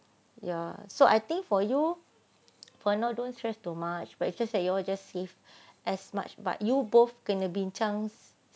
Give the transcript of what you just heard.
ya so I think for you for now don't stress too much but it's just that you all just save as much but you both kena bincang